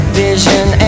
vision